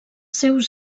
seus